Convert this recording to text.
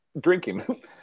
drinking